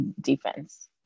defense